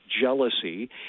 jealousy